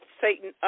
Satan